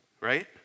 right